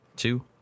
Two